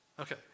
Okay